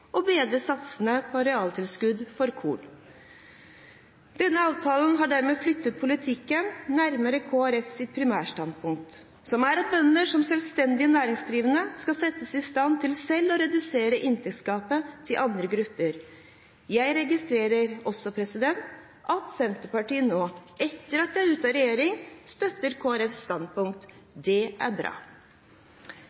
og bedre satsene på arealtilskudd for korn. Denne avtalen har dermed flyttet politikken nærmere Kristelig Folkepartis primærstandpunkt, som er at bønder som selvstendig næringsdrivende skal settes i stand til selv å redusere inntektsgapet til andre grupper. Jeg registrerer også at Senterpartiet nå, etter at de er ute av regjering, støtter Kristelig Folkepartis standpunkt.